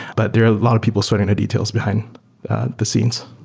but there are a lot of people sorting the details behind the scenes.